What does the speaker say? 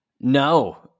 No